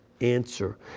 answer